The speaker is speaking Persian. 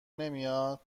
نمیاد